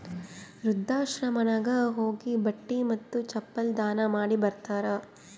ವೃದ್ಧಾಶ್ರಮನಾಗ್ ಹೋಗಿ ಬಟ್ಟಿ ಮತ್ತ ಚಪ್ಪಲ್ ದಾನ ಮಾಡಿ ಬರ್ತಾರ್